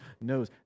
knows